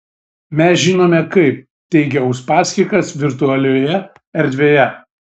mes žinome kaip teigia uspaskichas virtualioje erdvėje